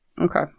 Okay